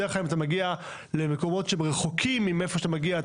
בדרך כלל אם אתה מגיע למקומות רחוקים מאיפה שאתה מגיע,